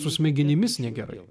su smegenimis negerai